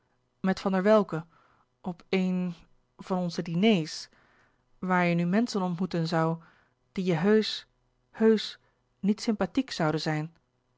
met van der welcke op een van onze diners waar je nu menschen ontmoeten zoû die je heusch heusch niet sympathiek zouden zijn